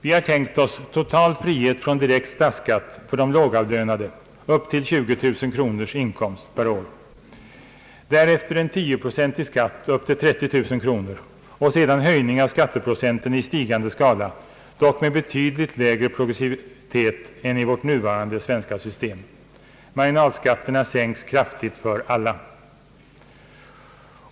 Vi har tänkt oss total frihet från direkt statsskatt för de lågavlönade — upp till 20 000 kronors inkomst per år, därefter en 10-procentig skatt upp till 30 000 kronors inkomst och sedan höjning av skatteprocenten i stigande skala, dock med betydligt lägre progressivitet än i vårt nuvarande svenska system. Marginalskatterna sänks kraftigt för alla.